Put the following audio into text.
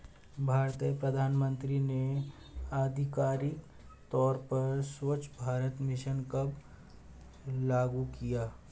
भारतीय प्रधानमंत्री ने आधिकारिक तौर पर स्वच्छ भारत मिशन कब लॉन्च किया?